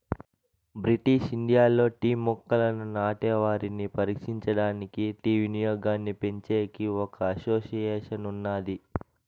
British ఇండియాలో tea మొక్కలను నాటే వారిని పరిరక్షించడానికి, టీ వినియోగాన్నిపెంచేకి ఒక అసోసియేషన్ ఉన్నాది